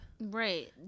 Right